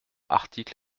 article